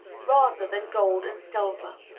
rather than gold and silver.